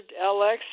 LX